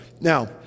Now